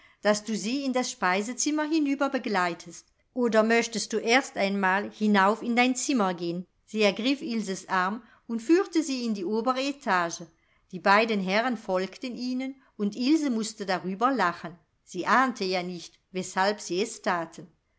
daß du sie in das speisezimmer hinüber begleitest oder möchtest du erst einmal hinauf in dein zimmer gehn sie ergriff ilses arm und führte sie in die obere etage die beiden herren folgten ihnen und ilse mußte darüber lachen sie ahnte ja nicht weshalb sie es thaten